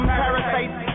parasites